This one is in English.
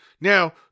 Now